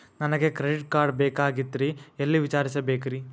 ನನಗೆ credit card ಬೇಕಾಗಿತ್ರಿ ಎಲ್ಲಿ ವಿಚಾರಿಸಬೇಕ್ರಿ?